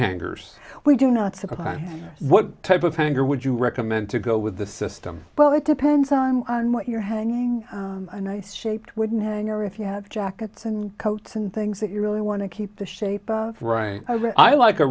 hangers we do not supply what type of hanger would you recommend to go with the system but it depends on what you're hanging a nice shaped wooden hanger if you have jackets and coats and things that you really want to keep the shape of right i like a